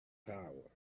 power